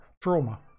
Trauma